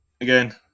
Again